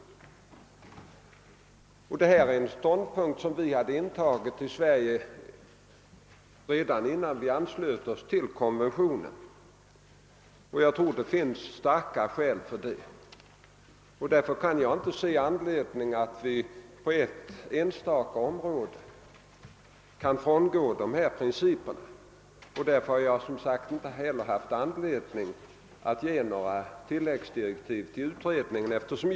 Vi hade tagit ståndpunkt i Sverige i detta avseende redan innan vi anslöt oss till konventionen. Jag tror också att det finns starka skäl för vårt ställningstagande. Jag kan därför inte finna någon anledning till att vi på ett enstaka område skulle frångå ifrågavarande principer. Jag har av denna anledning inte heller funnit skäl att lämna några tillläggsdirektiv till utredningen på området.